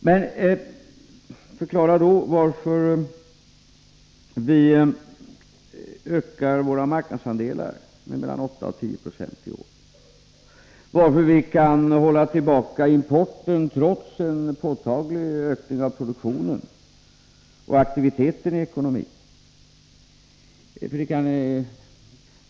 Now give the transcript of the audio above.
Men förklara då varför vi ökar våra marknadsandelar med mellan 8 och 10 96 i år! Förklara varför vi kan hålla tillbaka importen trots en påtaglig ökning av produktionen och aktiviteten i ekonomin!